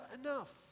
enough